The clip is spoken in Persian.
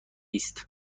است